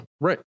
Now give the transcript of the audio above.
Right